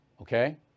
okay